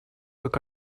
как